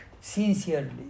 sincerely